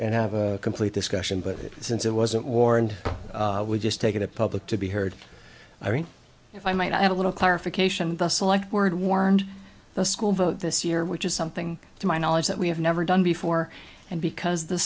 and have a complete discussion but since it wasn't war and we just take a public to be heard i mean if i might add a little clarification the select word warned the school vote this year which is something to my knowledge that we have never done before and because the